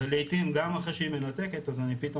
ולעיתים גם אחרי שהיא מנתקת אז אני פתאום